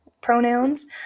pronouns